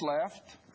left